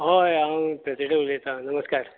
हय हांव एचओडी उलयतां नमस्कार